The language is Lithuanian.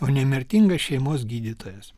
o ne mirtingas šeimos gydytojas